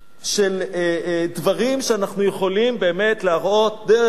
של דברים שאנחנו יכולים באמת להראות דרך,